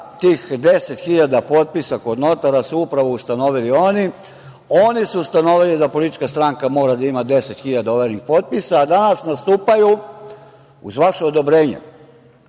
tih 10 hiljada potpisa kod notara se upravo ustanovili oni. Oni su ustanovili da politička stranka mora da ima 10 hiljada overenih potpisa, a danas nastupaju, uz vaše odobrenje,